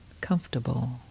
comfortable